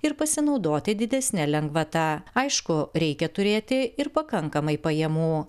ir pasinaudoti didesne lengvata aišku reikia turėti ir pakankamai pajamų